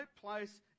place